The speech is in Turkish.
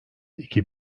iki